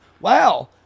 wow